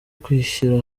kwishyira